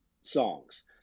songs